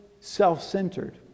self-centered